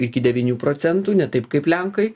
iki devynių procentų ne taip kaip lenkai